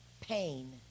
pain